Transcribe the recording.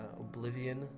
Oblivion